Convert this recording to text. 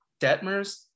Detmers